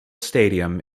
stadium